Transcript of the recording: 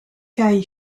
kai